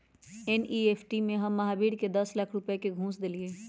NEFT से हम महावीर के दस लाख रुपए का घुस देलीअई